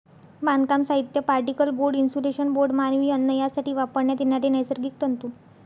बांधकाम साहित्य, particle board, insulation board, मानवी अन्न यासाठी वापरण्यात येणारे नैसर्गिक तंतू